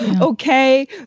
okay